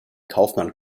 kaufmann